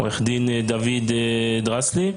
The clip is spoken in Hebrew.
עו"ד דוד דרסלי,